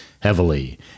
heavily